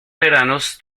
veranos